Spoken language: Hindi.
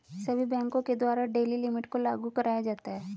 सभी बैंकों के द्वारा डेली लिमिट को लागू कराया जाता है